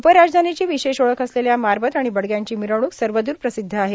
उपराजधानीची विशेष ओळख असलेल्या मारबत आणि बडग्यांची मिरवणूक सर्वदूर प्रसिद्ध आहे